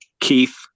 keith